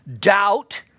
doubt